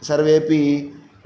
सर्वेऽपि